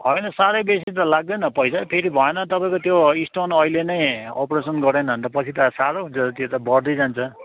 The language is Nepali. होइन साह्रै बेसी त लाग्दैन पैसा फेरि भएन तपाईँको त्यो स्टोन अहिले नै अप्रेसन गरेन भने त पछि त साह्रो हुन्छ त्यो त बढ्दै जान्छ